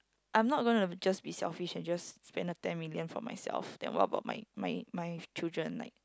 I'm not going to just be selfish and just spend the ten million for myself then what about my my my children like